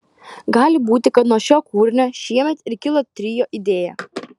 gali būti kad nuo šio kūrinio šiemet ir kilo trio idėja